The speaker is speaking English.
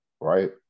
right